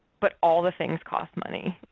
but all the things cost money.